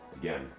again